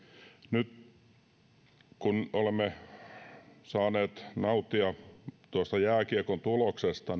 nyt olemme saaneet nauttia tuosta jääkiekon tuloksesta